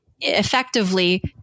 effectively